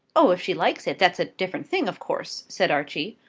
oh, if she likes it, that's a different thing, of course, said archie.